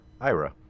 Ira